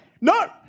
No